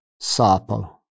Sapo